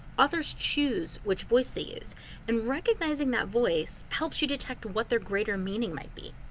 authors choose which voice they use and recognizing that voice helps you detect what their greater meaning might be.